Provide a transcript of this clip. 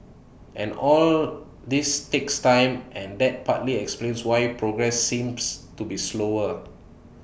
and all this takes time and that partly explains why progress seems to be slower